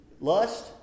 Lust